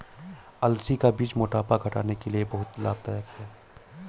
अलसी का बीज मोटापा घटाने के लिए बहुत लाभदायक है